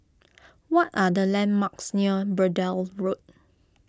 what are the landmarks near Braddell Road